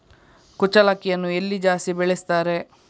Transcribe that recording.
ಕುಚ್ಚಲಕ್ಕಿಯನ್ನು ಎಲ್ಲಿ ಜಾಸ್ತಿ ಬೆಳೆಸ್ತಾರೆ?